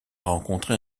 rencontré